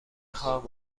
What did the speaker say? خواهم